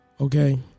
Okay